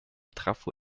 trafo